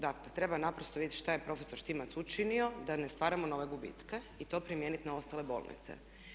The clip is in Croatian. Dakle treba naprosto vidjeti šta je profesor Štimac učinio da ne stvaramo nove gubitke i to primijeniti na ostale bolnice.